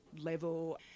level